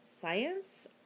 science